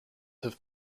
have